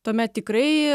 tuomet tikrai